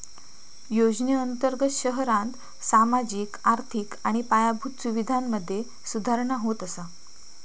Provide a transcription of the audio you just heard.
योजनेअंर्तगत शहरांत सामाजिक, आर्थिक आणि पायाभूत सुवीधांमधे सुधारणा होत असा